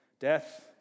death